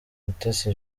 mutesi